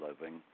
living